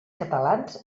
catalans